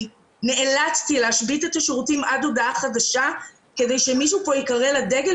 נאלצתי להשבית את השירותים עד הודעה חדשה כדי שמישהו פה ייקרא לדגל.